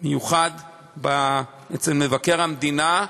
מיוחד אצל מבקר המדינה,